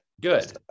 good